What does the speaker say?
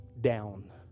down